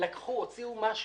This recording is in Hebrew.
והוציאו משהו.